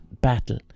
battle